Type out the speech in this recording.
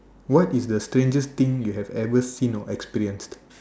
what is the strangest thing you have ever seen or experienced